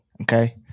Okay